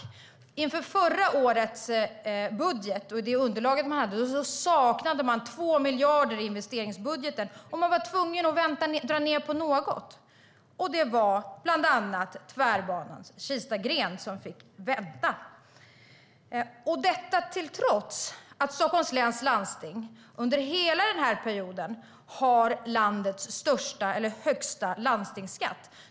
I underlaget inför förra årets budget saknade man 2 miljarder i investeringsbudgeten, och då var man tvungen att dra ned på något. Det var bland annat Tvärbanans Kistagren som fick vänta, detta trots att Stockholms läns landsting under hela den här perioden haft landets högsta landstingsskatt.